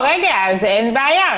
--- אין בעיה,